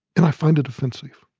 and i find it offensive.